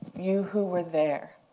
you who were there?